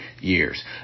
years